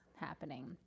happening